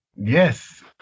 Yes